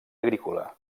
agrícola